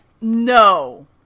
No